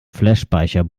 flashspeicher